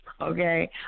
Okay